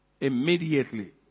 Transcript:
immediately